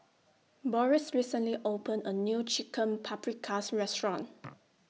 Boris recently opened A New Chicken Paprikas Restaurant